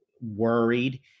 worried